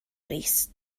rees